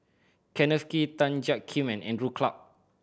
Kenneth Kee Tan Jiak Kim and Andrew Clarke